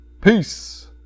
Peace